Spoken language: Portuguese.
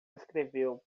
escreveu